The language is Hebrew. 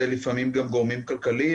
לפעמים גם גורמים כלכליים,